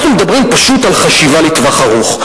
אנחנו מדברים פשוט על חשיבה לטווח ארוך,